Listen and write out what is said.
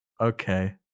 Okay